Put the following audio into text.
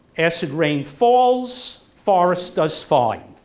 acid rain falls forest does fine.